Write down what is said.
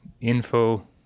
Info